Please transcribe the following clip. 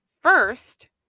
first